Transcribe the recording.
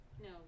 No